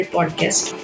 Podcast